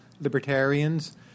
libertarians